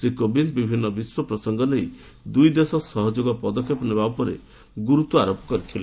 ଶ୍ରୀ କୋବିନ୍ଦ ବିଭିନ୍ନ ବିଶ୍ୱ ପ୍ରସଙ୍ଗ ନେଇ ଦୁଇଦେଶ ସହଯୋଗର ସହ ପଦକ୍ଷେପ ନେବା ଉପରେ ଗୁରୁତ୍ୱ ଆରୋପ କରିଥିଲେ